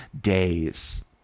days